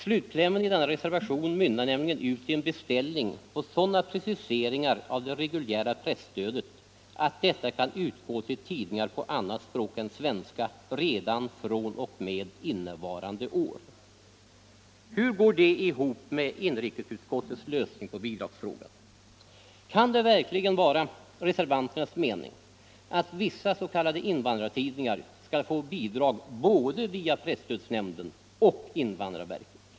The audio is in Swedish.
Slutklämmen i denna reservation mynnar nämligen ut i en beställning på sådana preciseringar av det reguljära presstödet att detta kan utgå till tidningar på annat språk än svenska redan fr.o.m. innevarande år. Hur går det ihop med inrikesutskottets förslag till lösning i bidragsfrågan? Kan det verkligen vara reservanternas mening att vissa s.k. invandrartidningar skall få bidrag både via presstödsnämnden och via invandrarverket?